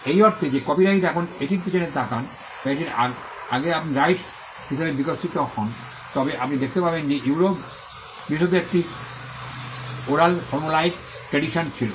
এই অর্থে যে কপিরাইটটি যখন এটির পিছনে তাকান বা এটির আগে আপনি রাইটস হিসাবে বিকশিত হন তবে আপনি দেখতে পাবেন যে ইউরোপ বিশেষত একটি ওরাল ফর্মুলাইক ট্রেডিশন ছিল